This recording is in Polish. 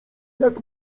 jak